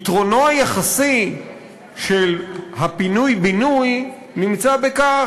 יתרונו היחסי של הפינוי-בינוי נמצא בכך